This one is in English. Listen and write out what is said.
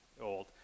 old